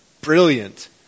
brilliant